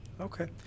Okay